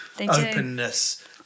openness